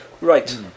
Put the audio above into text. Right